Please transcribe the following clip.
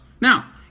Now